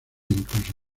incluso